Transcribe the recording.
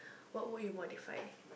what would you modify